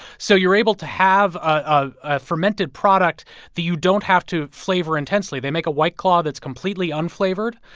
so you're able to have a fermented product that you don't have to flavor intensely. they make a white claw that's completely unflavored.